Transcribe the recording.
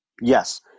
Yes